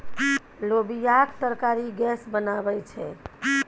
लोबियाक तरकारी गैस बनाबै छै